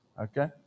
Okay